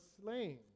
slain